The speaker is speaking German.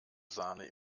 sahne